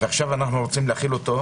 ועכשיו אנחנו רוצים להחיל אותו.